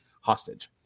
hostage